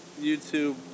YouTube